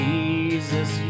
Jesus